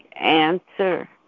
answer